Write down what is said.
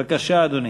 בבקשה, אדוני.